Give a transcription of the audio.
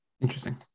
Interesting